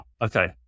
okay